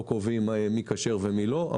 אנחנו לא קובעים מי כשר ומי לא.